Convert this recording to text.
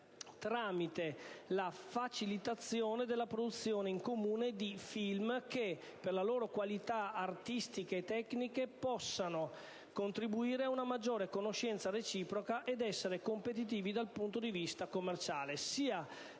tramite la facilitazione della produzione in comune di film che, per le loro qualità artistiche e tecniche, possano contribuire ad una maggiore conoscenza reciproca ed essere competitivi dal punto di vista commerciale, sia